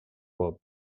cop